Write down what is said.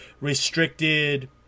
restricted